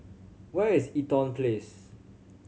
where is Eaton Place